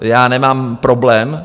Já nemám problém.